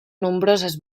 nombroses